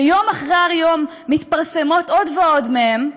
שיום אחרי יום מתפרסמות עוד ועוד מהן,